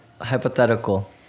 hypothetical